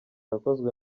yakozwe